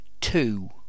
two